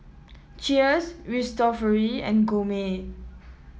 Cheers Cristofori and Gourmet